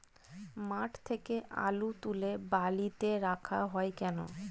মাঠ থেকে আলু তুলে বালিতে রাখা হয় কেন?